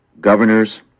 governors